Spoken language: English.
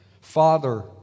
Father